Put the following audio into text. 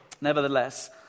Nevertheless